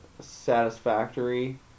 satisfactory